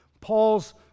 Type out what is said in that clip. Paul's